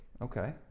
Okay